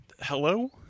Hello